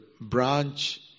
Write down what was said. branch